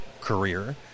career